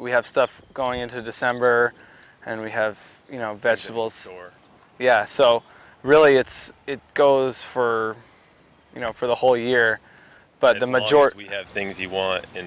we have stuff going into december and we have you know vegetables or yeah so really it's it goes for you know for the whole year but the majority we have things you want in